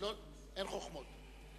אין חוכמות.